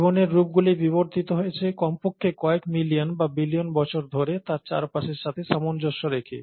জীবনের রূপগুলি বিবর্তিত হয়েছে কমপক্ষে কয়েক মিলিয়ন বা বিলিয়ন বছর ধরে তার চারপাশের সাথে সামঞ্জস্য রেখে